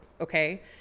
okay